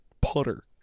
putter